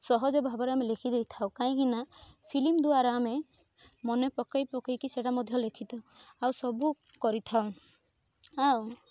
ସହଜ ଭାବରେ ଆମେ ଲେଖିଦେଇ ଥାଉ କାହିଁକି ନା ଫିଲ୍ମ ଦ୍ବାରା ଆମେ ମନେ ପକାଇ ପକାଇକି ସେଇଟା ମଧ୍ୟ ଲେଖିଥାଉ ଆଉ ସବୁ କରିଥାଉ ଆଉ